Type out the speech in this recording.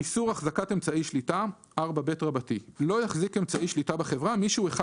"איסורה חזקת אמצעי שליטה 4ב. לא יחזיק אמצעי שליטה בחברה מי שהוא אחד